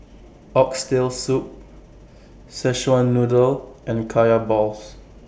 Oxtail Soup Szechuan Noodle and Kaya Balls